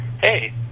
hey